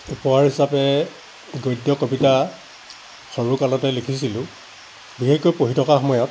উপহাৰ হিচাপে গদ্য কবিতা সৰুকালতে লিখিছিলোঁ বিশেষকৈ পঢ়ি থকা সময়ত